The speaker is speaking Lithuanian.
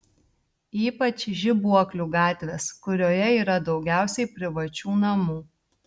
ypač žibuoklių gatvės kurioje yra daugiausiai privačių namų